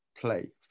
play